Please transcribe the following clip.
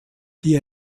die